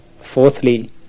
Fourthly